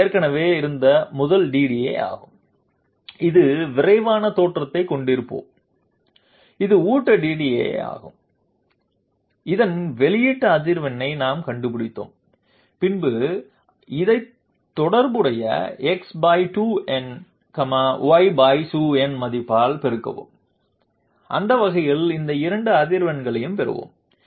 அது ஏற்கனவே இருந்த முதல் DDA ஆகும் இது விரைவான தோற்றத்தைக் கொண்டிருப்போம் இது ஊட்ட DDA ஆகும் இதன் வெளியீட்டு அதிர்வெண்ணை நாம் கண்டுபிடிப்போம் பின்னர் இதை தொடர்புடைய x2n y2n மதிப்பால் பெருக்கவும் அந்த வகையில் இந்த இரண்டு அதிர்வெண்களையும் பெறுவோம்